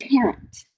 parent